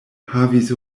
havis